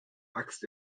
axt